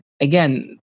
again